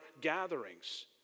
gatherings